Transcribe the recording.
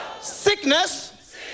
Sickness